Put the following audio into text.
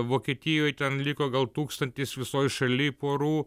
vokietijoj ten liko gal tūkstantis visoj šaly porų